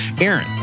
Aaron